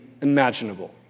imaginable